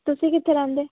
ਤੁਸੀਂ ਕਿੱਥੇ ਰਹਿੰਦੇ